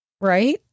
Right